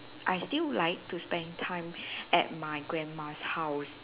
I still like to spend time at my grandma's house